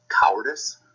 cowardice